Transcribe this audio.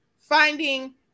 finding